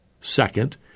Second